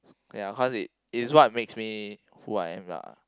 ya cause it's it's what made me who I am lah